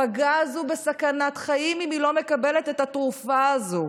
הפגה הזאת בסכנת חיים אם היא לא מקבלת את התרופה הזאת.